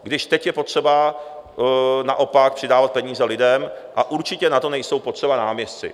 Když teď je potřeba naopak přidávat peníze lidem a určitě na to nejsou potřeba náměstci.